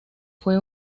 fue